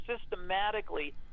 systematically